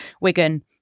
Wigan